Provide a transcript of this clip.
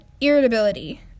irritability